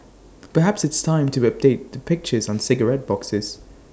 perhaps it's time to update the pictures on cigarette boxes